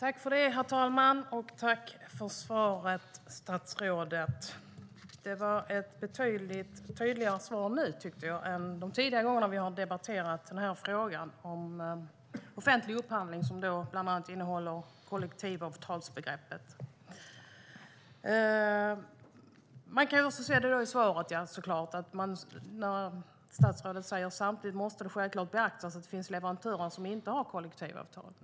Herr talman! Jag vill tacka statsrådet för svaret. Det var betydligt tydligare än de svar jag har fått tidigare när vi har debatterat frågan om offentlig upphandling, bland annat kollektivavtalsbegreppet. Statsrådet säger i sitt svar att det självklart måste beaktas att det finns leverantörer som inte har kollektivavtal.